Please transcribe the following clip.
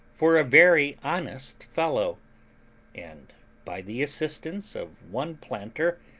for a very honest fellow and by the assistance of one planter,